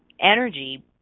energy